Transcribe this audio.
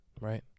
right